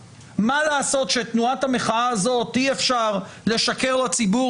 אני לא יודע איך אפשר ליישב את זה בדרך הזו.